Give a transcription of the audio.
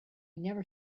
never